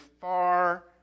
far